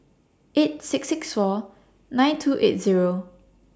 eight six six four nine two eight Zero